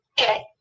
Okay